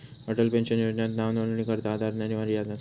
Atal pension योजनात नावनोंदणीकरता आधार अनिवार्य नसा